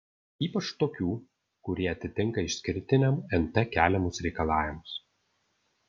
ypač tokių kurie atitinka išskirtiniam nt keliamus reikalavimus